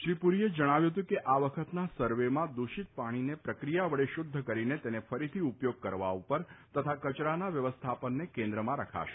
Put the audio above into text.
શ્રી પુરીએ જણાવ્યું હતું કે આ વખતના સર્વેમાં દૂષિત પાણીને પ્રક્રિયા વડે શુધ્ધ કરીને તેને ફરીથી ઉપયોગ કરવા ઉપર તથા કચરાના વ્યવસ્થાપનને કેન્દ્રમાં રખાશે